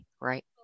right